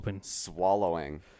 swallowing